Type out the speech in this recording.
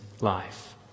life